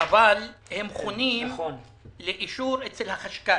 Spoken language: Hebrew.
אבל הם חונים לאישור אצל החשכ"ל.